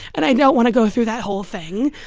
and i don't want to go through that whole thing.